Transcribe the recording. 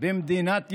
במדינת ישראל,